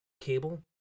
cable